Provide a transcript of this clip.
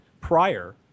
prior